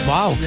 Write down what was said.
Wow